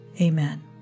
Amen